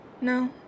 No